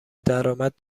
درآمد